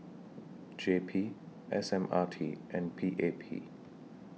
J P S M R T and P A P